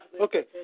Okay